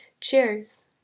Cheers